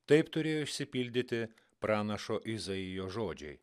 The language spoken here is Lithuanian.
taip turėjo išsipildyti pranašo izaijo žodžiai